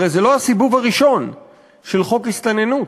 הרי זה לא הסיבוב הראשון של חוק ההסתננות,